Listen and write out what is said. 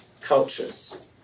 cultures